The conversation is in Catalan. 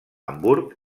hamburg